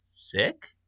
Sick